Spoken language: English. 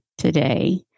Today